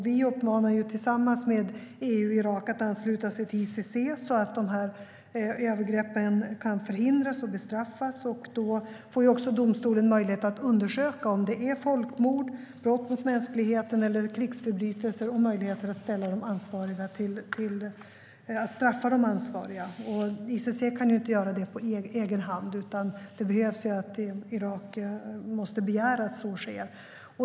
Vi uppmanar tillsammans med EU Irak att ansluta sig till ICC så att de här övergreppen kan förhindras och bestraffas. Då får också domstolen möjlighet att undersöka om det är folkmord, brott mot mänskligheten eller krigsförbrytelser, och man får möjlighet att straffa de ansvariga. ICC kan ju inte göra det på egen hand, utan Irak måste begära att så sker.